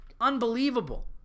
Unbelievable